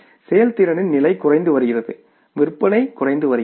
எனவே செயல்திறனின் நிலை குறைந்து வருகிறது விற்பனை குறைந்து வருகிறது